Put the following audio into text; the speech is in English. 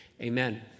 amen